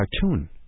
cartoon